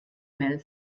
mel